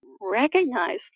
recognize